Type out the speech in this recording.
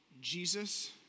Jesus